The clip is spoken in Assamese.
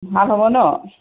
ভাল হ'ব ন